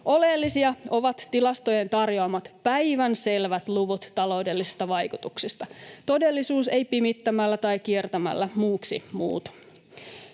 Oleellisia ovat tilastojen tarjoamat päivänselvät luvut taloudellisista vaikutuksista. Todellisuus ei pimittämällä tai kiertämällä muuksi muutu.